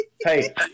Hey